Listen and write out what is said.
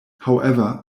however